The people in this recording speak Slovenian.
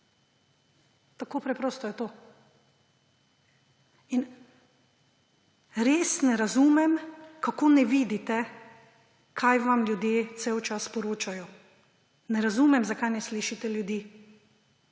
Tako preprosto je to. Res ne razumem, kako ne vidite, kaj vam ljudje cel čas sporočajo. Ne razumem, zakaj ne slišite ljudi.